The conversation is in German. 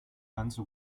ganze